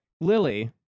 Lily